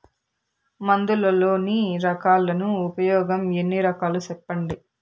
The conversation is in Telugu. మందులలోని రకాలను ఉపయోగం ఎన్ని రకాలు? సెప్పండి?